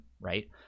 right